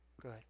Good